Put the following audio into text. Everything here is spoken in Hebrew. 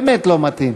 באמת לא מתאים.